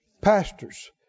Pastors